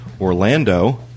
Orlando